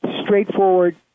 Straightforward